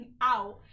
out